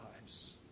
lives